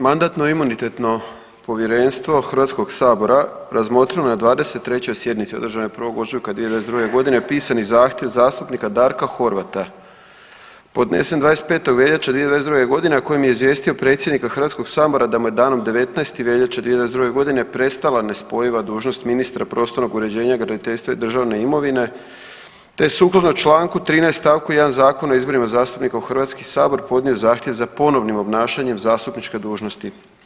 Mandatno-imunitetno povjerenstvo Hrvatskog sabora razmotrilo je na 23. sjednici održanoj 1. ožujka 2022. godine pisani zahtjev zastupnika Darka Horvata podnesen 25. veljače 2022. godine, a kojim je izvijesti predsjednika Hrvatskog sabora da mu je danom 19. veljače 2022. godine prestala nespojiva dužnost ministra prostornog uređenja, graditeljstva i državne imovine te sukladno Članku 13. stavku 1. Zakona o izborima zastupnika u Hrvatski sabor podnio je zahtjev za ponovnim obnašanjem zastupničke dužnosti.